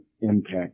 impact